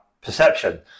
perception